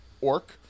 Orc